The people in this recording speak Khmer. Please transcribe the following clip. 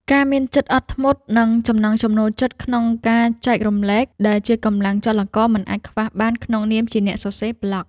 ការមានចិត្តអត់ធ្មត់ និងចំណង់ចំណូលចិត្តក្នុងការចែករំលែក ដែលជាកម្លាំងចលករមិនអាចខ្វះបានក្នុងនាមជាអ្នកសរសេរប្លក់។